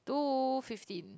two fifteen